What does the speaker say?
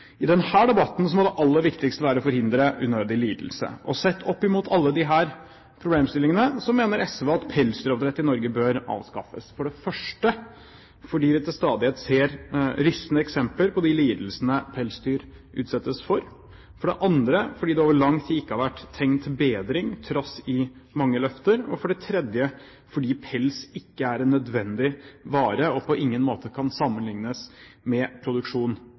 I denne debatten må det aller viktigste være å forhindre unødig lidelse. Sett opp mot alle disse problemstillingene mener SV at pelsdyroppdrett i Norge bør avskaffes. For det første fordi vi til stadighet ser rystende eksempler på de lidelsene pelsdyr utsettes for. For det andre fordi det over lang tid ikke har vært tegn til bedring trass i mange løfter. Og for det tredje fordi pels ikke er en nødvendig vare, og på ingen måte kan sammenlignes med produksjon